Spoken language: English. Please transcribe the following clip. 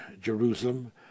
Jerusalem